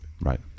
Right